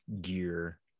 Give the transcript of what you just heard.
gear